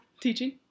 Teaching